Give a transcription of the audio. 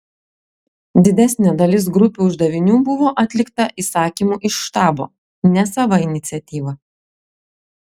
didesnė dalis grupių uždavinių buvo atlikta įsakymu iš štabo ne sava iniciatyva